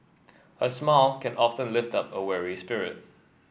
a smile can often lift up a weary spirit